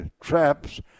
Traps